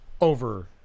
over